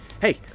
Hey